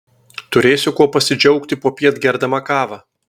turėsiu kuo pasidžiaugti popiet gerdama kavą